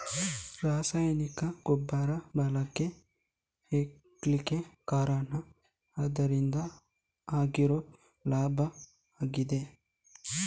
ರಾಸಾಯನಿಕ ಗೊಬ್ಬರದ ಬಳಕೆ ಹೆಚ್ಲಿಕ್ಕೆ ಕಾರಣ ಅದ್ರಿಂದ ಆಗ್ತಿರೋ ಲಾಭಾನೇ ಆಗಿದೆ